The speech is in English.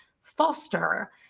foster